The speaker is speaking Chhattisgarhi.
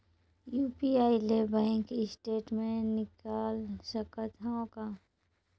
यू.पी.आई ले बैंक स्टेटमेंट निकाल सकत हवं का?